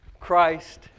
Christ